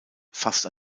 fast